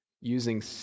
using